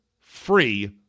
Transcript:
free